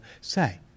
say